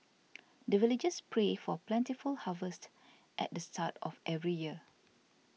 the villagers pray for plentiful harvest at the start of every year